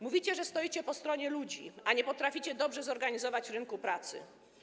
Mówicie, że stoicie po stronie ludzi, a nie potraficie dobrze zorganizować rynku pracy.